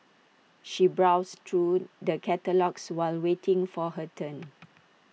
she browsed through the catalogues while waiting for her turn